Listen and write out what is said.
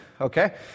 okay